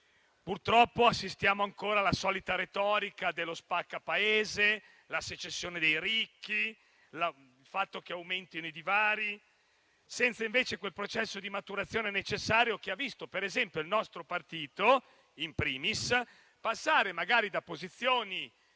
Purtroppo, assistiamo ancora alla solita retorica dello spacca Paese (la secessione dei ricchi, l'aumento dei divari), senza invece quel processo di maturazione necessario che ha visto per esempio il nostro partito *in primis* passare magari da posizioni